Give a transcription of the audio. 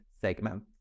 segment